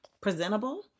presentable